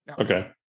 Okay